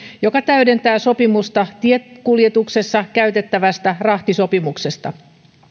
joka täydentää sopimusta tiekuljetuksessa käytettävästä rahtisopimuksesta